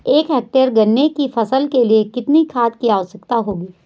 एक हेक्टेयर गन्ने की फसल के लिए कितनी खाद की आवश्यकता होगी?